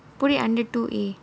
put it under two A